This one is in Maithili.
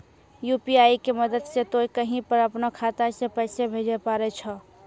यु.पी.आई के मदद से तोय कहीं पर अपनो खाता से पैसे भेजै पारै छौ